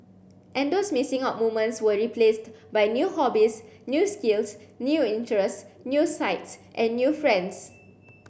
and those missing out moments were replaced by new hobbies new skills new interests new sights and new friends